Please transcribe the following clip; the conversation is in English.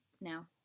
now